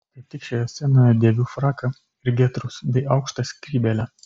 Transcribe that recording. kaip tik šioje scenoje dėviu fraką ir getrus bei aukštą skrybėlę